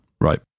Right